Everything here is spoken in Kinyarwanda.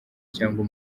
cyangwa